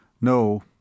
No